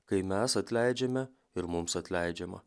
kai mes atleidžiame ir mums atleidžiama